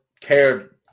cared